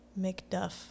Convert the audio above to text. McDuff